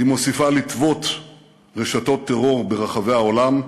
היא מוסיפה לטוות רשתות טרור ברחבי העולם,